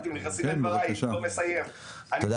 שהם כותבים רק את מי שמת בגלל קורונה,